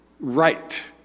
Right